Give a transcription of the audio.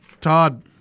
Todd